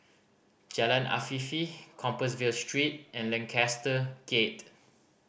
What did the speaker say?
Jalan Afifi Compassvale Street and Lancaster Gate